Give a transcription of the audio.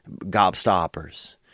Gobstoppers